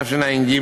תשע"ג,